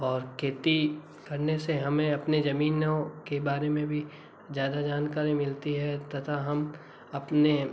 और खेती करने से हमें अपनी ज़मीनों के बारे में भी ज़्यादा जानकारी मिलती है तथा हम अपने